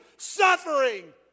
suffering